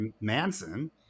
Manson